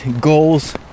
goals